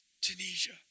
Tunisia